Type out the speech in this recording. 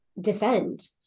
defend